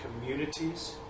communities